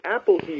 Apple